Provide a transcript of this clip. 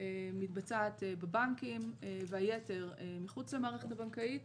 מתבצעת בבנקים והיתר מחוץ למערכת הבנקאית.